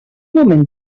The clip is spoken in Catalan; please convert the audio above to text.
moment